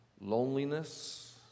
loneliness